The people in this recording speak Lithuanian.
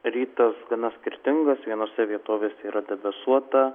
rytas gana skirtingos vienose vietovėse yra debesuota